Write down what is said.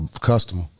customer